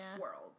world